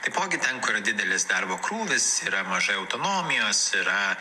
taipogi ten kur didelis darbo krūvis yra mažai autonomijos yra